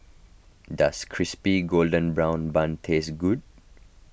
does Crispy Golden Brown Bun taste good